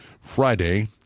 Friday